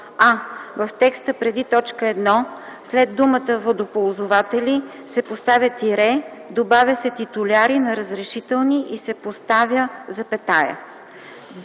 а) в текста преди т. 1, след думата „Водоползвателите” се поставя тире, добавя се „титуляри на разрешителни” и се поставя запетая;